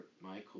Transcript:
Michael